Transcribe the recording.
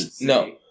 no